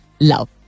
love